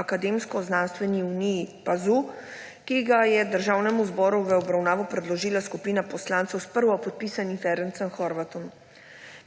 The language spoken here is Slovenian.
akademsko-znanstveni uniji PAZU ‒, ki ga je Državnemu zboru v obravnavo predložila skupina poslancev s prvopodpisanim Ferencem Horváthom.